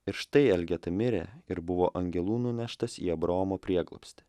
ir štai elgeta mirė ir buvo angelų nuneštas į abraomo prieglobstį